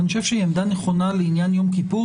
ואני חושב שהיא עמדה נכונה לעניין יום כיפור